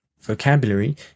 vocabulary